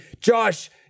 Josh